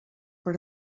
per